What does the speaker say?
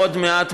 עוד מעט,